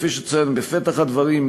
כפי שצוין בפתח הדברים,